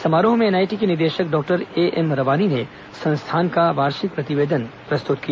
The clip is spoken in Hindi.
समारोह में एनआईटी के निदेशक डॉक्टर एएम रवानी ने संस्थान का वार्षिक प्रतिवेदन प्रस्तुत किया